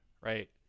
right